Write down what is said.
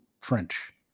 Trench